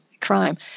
crime